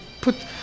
put